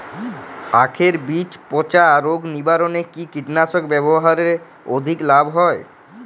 আঁখের বীজ পচা রোগ নিবারণে কি কীটনাশক ব্যবহারে অধিক লাভ হয়?